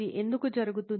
ఇది ఎందుకు జరుగుతుంది